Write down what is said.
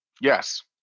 Yes